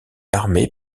armée